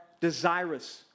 desirous